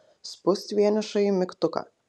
spust vienišąjį mygtuką